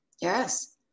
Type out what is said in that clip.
Yes